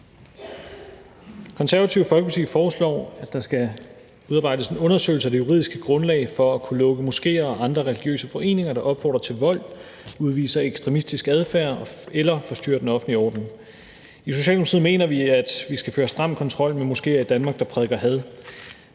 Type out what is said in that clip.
Konservative Folkeparti foreslår, at der skal udarbejdes en undersøgelse af det juridiske grundlag for at kunne lukke moskéer og andre religiøse foreninger, der opfordrer til vold, udviser ekstremistisk adfærd eller forstyrrer den offentlige orden. I Socialdemokratiet mener vi, at der skal føres stram kontrol med moskéer i Danmark, der prædiker had,